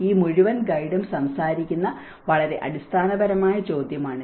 ഈ മുഴുവൻ ഗൈഡും സംസാരിക്കുന്ന വളരെ അടിസ്ഥാനപരമായ ചോദ്യമാണിത്